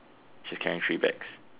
she's carrying three bags